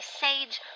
sage